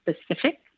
specific